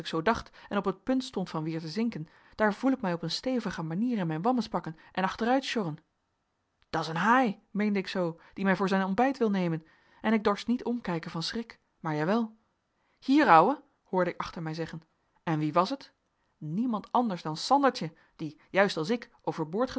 zoo dacht en op het punt stond van weer te zinken daar voel ik mij op een stevige manier in mijn wammes pakken en achteruit sjorren dat's een haai meende ik zoo die mij voor zijn ontbijt wil nemen en ik dorst niet omkijken van schrik maar jawel hier ouwe hoorde ik achter mij zeggen en wie was het niemand anders dan sandertje die juist als ik overboord